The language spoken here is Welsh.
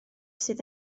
sydd